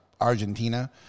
Argentina